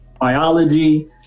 biology